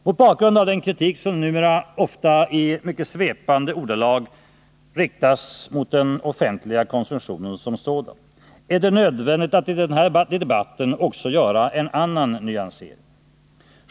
Mot bakgrund av den kritik som numera ofta i mycket svepande ordalag riktas mot den offentliga konsumtionen som sådan är det nödvändigt att i den här debatten också göra en annan nyansering.